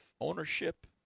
ownership